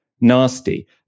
nasty